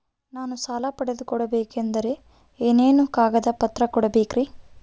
ನಾನು ಸಾಲ ಪಡಕೋಬೇಕಂದರೆ ಏನೇನು ಕಾಗದ ಪತ್ರ ಕೋಡಬೇಕ್ರಿ?